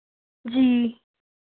जी